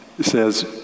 says